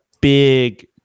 big